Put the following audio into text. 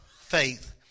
faith